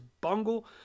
bungle